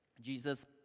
Jesus